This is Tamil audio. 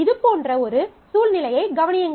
இது போன்ற ஒரு சூழ்நிலையை கவனியுங்கள்